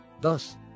Thus